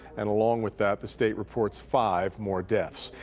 and along with that, the state reports five more deaths.